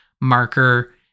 marker